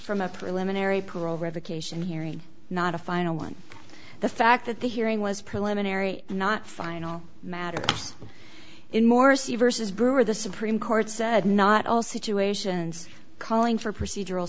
from a preliminary parole revocation hearing not a final one the fact that the hearing was preliminary not final matters in morsi versus brewer the supreme court said not all situations calling for procedural